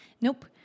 Nope